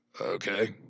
Okay